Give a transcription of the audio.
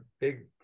big